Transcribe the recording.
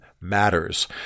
matters